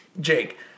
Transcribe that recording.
Jake